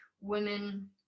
women